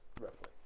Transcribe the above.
roughly